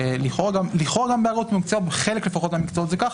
לכאורה גם נמצא בחלק לפחות מהמקצועות זה ככה,